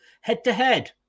Head-to-head